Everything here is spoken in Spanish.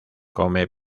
come